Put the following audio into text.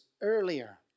earlier